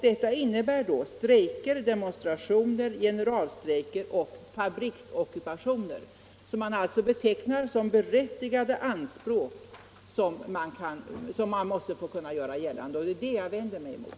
Detta gäller strejker, demonstrationer, generalstrejker och fabriksockupationer, vilka man alltså betecknar som berättigade anspråk som man måste få hävda. Det är det jag vänder mig emot.